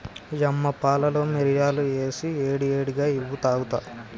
యమ్మ పాలలో మిరియాలు ఏసి ఏడి ఏడిగా ఇవ్వు తాగుత